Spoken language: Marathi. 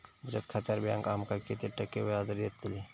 बचत खात्यार बँक आमका किती टक्के व्याजदर देतली?